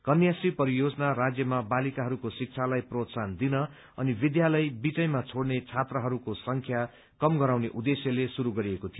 कन्या श्री परियोजना राज्यमा बालिकाहरूको शिक्षालाई प्रोत्साहन दिन अनि विद्यालय बीचैमा छोड़ने छात्राहरूको संख्या कम गर्ने उद्देश्यले शुरू गरिएको थियो